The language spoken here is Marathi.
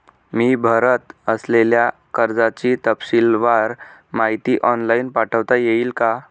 मी भरत असलेल्या कर्जाची तपशीलवार माहिती ऑनलाइन पाठवता येईल का?